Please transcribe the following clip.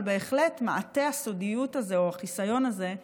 אבל מעטה הסודיות הזה, או החיסיון הזה,